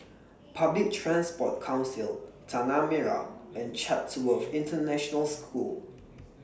Public Transport Council Tanah Merah and Chatsworth International School